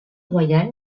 royal